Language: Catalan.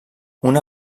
una